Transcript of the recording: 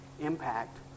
impact